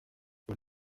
aux